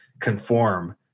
conform